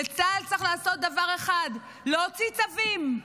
וצה"ל צריך לעשות דבר אחד: להוציא צווים.